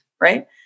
right